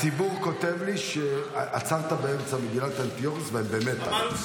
הציבור כותב לי שעצרת באמצע מגילת אנטיוכוס והם במתח.